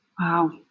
Wow